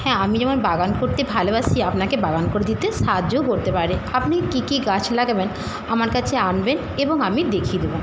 হ্যাঁ আমি যেমন বাগান করতে ভালোবাসি আপনাকে বাগান করে দিতে সাহায্যও করতে পারি আপনি কী কী গাছ লাগাবেন আমার কাছে আনবেন এবং আমি দেখিয়ে দেবো